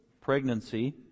pregnancy